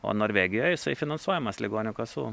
o norvegijoj jisai finansuojamas ligonių kasų